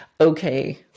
okay